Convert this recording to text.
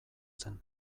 zen